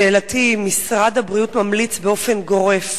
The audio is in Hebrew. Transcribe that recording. משרד הבריאות ממליץ באופן גורף